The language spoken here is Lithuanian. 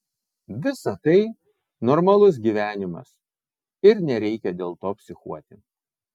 visa tai normalus gyvenimas ir nereikia dėl to psichuoti